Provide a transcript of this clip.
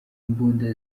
imbunda